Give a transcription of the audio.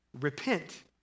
Repent